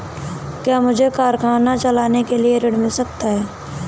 क्या मुझे कारखाना चलाने के लिए ऋण मिल सकता है?